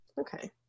Okay